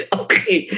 okay